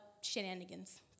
shenanigans